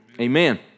amen